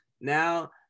Now